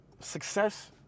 success